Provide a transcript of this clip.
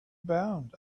bound